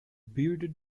bearded